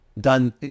done